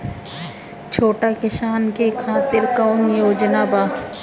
छोटा किसान के खातिर कवन योजना बा?